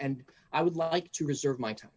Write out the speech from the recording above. and i would like to reserve my time